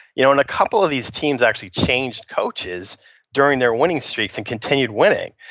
you know and a couple of these teams actually changed coaches during their winning streaks and continued winning.